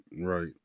Right